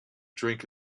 drink